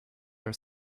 are